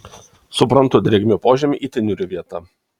suprantu drėgni požemiai itin niūri vieta